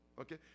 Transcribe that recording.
Okay